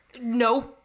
No